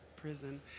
prison